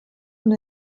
und